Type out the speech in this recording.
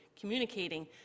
communicating